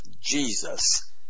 Jesus